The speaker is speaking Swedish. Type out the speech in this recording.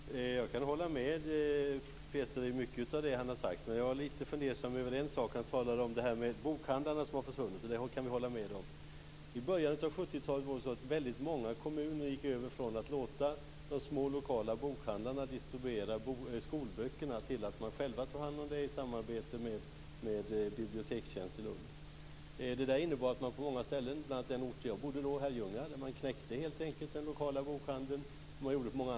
Fru talman! Jag kan hålla med om mycket av det som Peter Pedersen har sagt, men jag var lite fundersam över en sak. Han talade om de bokhandlare som har försvunnit. I början av 70-talet upphörde väldigt många kommuner med att låta de små lokala bokhandlarna distribuera skolböckerna och tog själva hand om detta i samarbete med Bibliotekstjänst i Lund. Detta innebar att man på många ställen, bl.a. på den ort där jag då bodde, Herrljunga, helt enkelt knäckte den lokala bokhandeln.